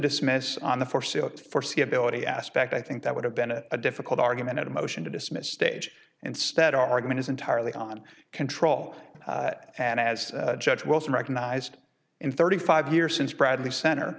dismiss on the force foreseeability aspect i think that would have been a difficult argument a motion to dismiss stage and stead our argument is entirely on control and as judge wilson recognized in thirty five years since bradley center